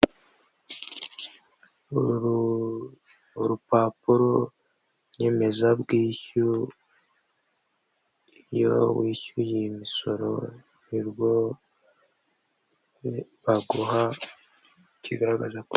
Uru urupapuro nyemezabwishyu, iyo wishyuye imisoro nibwo baguha ikigaragaza ko